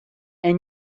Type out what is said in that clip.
and